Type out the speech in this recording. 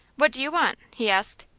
what do you want? he asked.